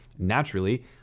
Naturally